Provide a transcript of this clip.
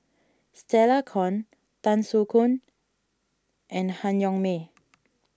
Stella Kon Tan Soo Khoon and Han Yong May